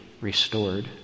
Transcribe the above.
restored